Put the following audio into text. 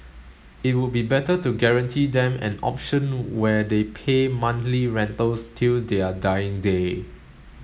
it would be better to guarantee them an option where they pay monthly rentals till their dying day